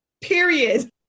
Period